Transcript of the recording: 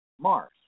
Mars